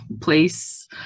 place